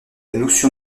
notion